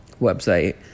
website